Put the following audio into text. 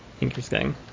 Interesting